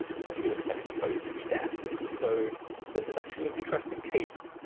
but we expect them both to be there so this is actually an interesting case,